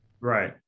Right